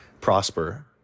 prosper